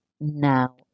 now